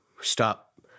stop